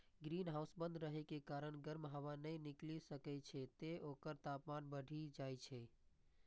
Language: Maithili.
ग्रीनहाउस बंद रहै के कारण गर्म हवा नै निकलि सकै छै, तें ओकर तापमान बढ़ि जाइ छै